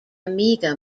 amiga